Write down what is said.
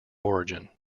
origin